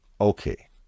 Okay